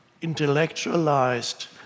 intellectualized